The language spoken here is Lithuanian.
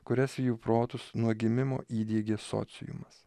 kurias į jų protus nuo gimimo įdiegė sociumas